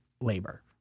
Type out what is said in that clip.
labor